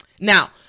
Now